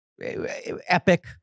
epic